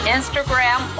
Instagram